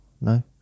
no